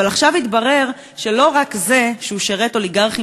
אבל עכשיו התברר שלא רק זה שהוא שירת אוליגרכים